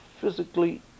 physically